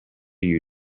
you